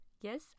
Yes